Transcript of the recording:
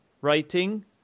writing